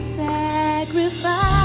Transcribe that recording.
sacrifice